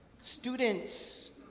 Students